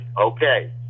okay